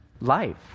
life